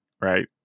right